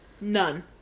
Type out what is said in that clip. None